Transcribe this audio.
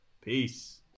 Peace